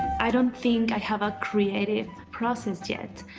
i don't think i have a creative process yet.